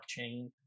blockchain